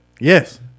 yes